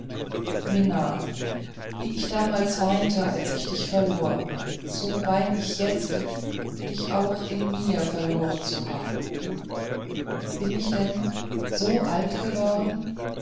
mina wie ich damals weinte als ich dich verlor so wein ich jetzt dich auch in mir verloren zu haben bin ich denn so alt worden